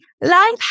Life